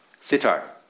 Sitar